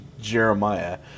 Jeremiah